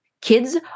kids